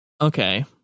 Okay